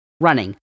running